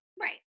Right